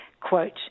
quote